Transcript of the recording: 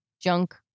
junk